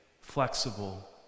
flexible